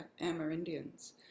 Amerindians